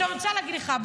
אני רוצה להגיד לך,